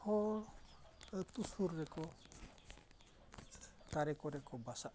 ᱦᱚᱲ ᱟᱛᱳ ᱥᱩᱨ ᱨᱮᱠᱚ ᱫᱟᱨᱮ ᱠᱚᱨᱮ ᱠᱚ ᱵᱟᱥᱟᱜᱼᱟ